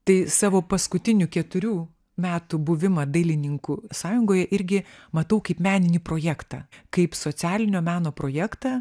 tai savo paskutinių keturių metų buvimą dailininkų sąjungoje irgi matau kaip meninį projektą kaip socialinio meno projektą